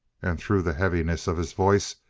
and through the heaviness of his voice,